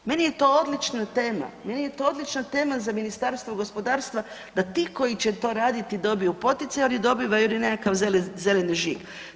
Meni je to odlična tema, meni je to odlična za Ministarstvo gospodarstva da ti koji će to raditi dobiju poticaje, oni dobivaju ili nekakav zeleni žig.